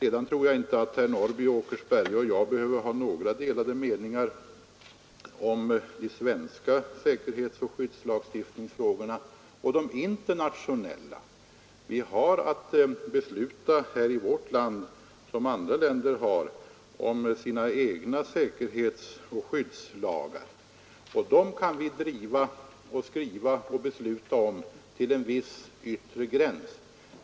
Jag tror inte att herr Norrby i Åkersberga och jag behöver ha några delade meningar om de svenska säkerhetsoch skyddslagstiftningsfrågorna. Vi har samma rätt som andra länder har att besluta om egna säkerhetsoch skyddslagar — den kan vi driva och besluta om till en viss yttre gräns.